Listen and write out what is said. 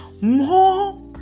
more